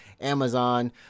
Amazon